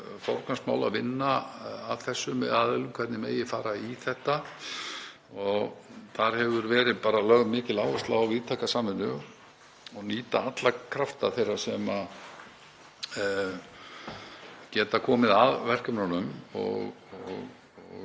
það verið forgangsmál að vinna að því með þessum aðilum hvernig megi fara í þetta og þar hefur verið lögð mikil áhersla á víðtæka samvinnu og að nýta alla krafta þeirra sem geta komið að verkefnunum.